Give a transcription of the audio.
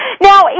Now